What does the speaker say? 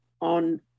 on